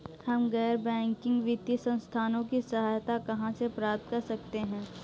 हम गैर बैंकिंग वित्तीय संस्थानों की सहायता कहाँ से प्राप्त कर सकते हैं?